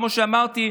כמו שאמרתי,